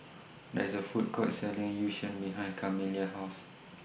There IS A Food Court Selling Yu Sheng behind Camila's House